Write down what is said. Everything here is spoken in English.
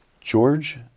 George